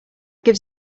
gives